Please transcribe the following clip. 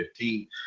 2015